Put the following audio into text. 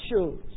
shows